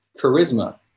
charisma